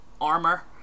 armor